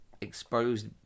exposed